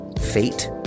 fate